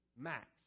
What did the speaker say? max